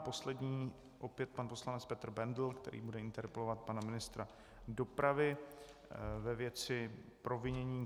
Poslední opět pan poslanec Petr Bendl, který bude interpelovat pana ministra dopravy ve věci provinění...